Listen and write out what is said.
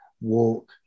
walk